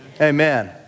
Amen